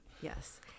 Yes